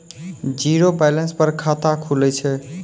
Zero balance पर खाता खुले छै?